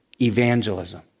evangelism